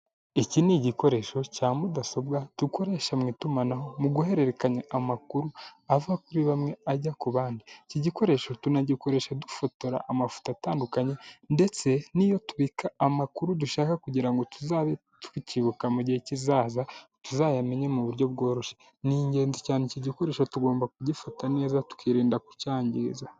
Iki ni igikoresho cya mudasobwa dukoresha mu itumanaho, mu guhererekanya amakuru ava kuri bamwe ajya ku bandi. Iki gikoresho tunagikoresha dufotora amafoto atandukanye ndetse niyo tubika amakuru dushaka kugira ngo tuzabe tukibuka mu mu gihe kizaza tuzayamenye mu buryo bworoshye. Ni ingenzi cyane iki gikoresho tugomba kugifata neza tukirinda kucyangiza.